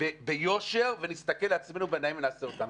ביושר ונסתכל לעצמנו בעיניים ונעשה אותם.